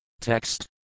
Text